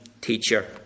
teacher